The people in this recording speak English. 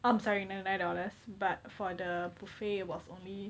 oh I'm sorry ninety nine dollars but for the buffet it was only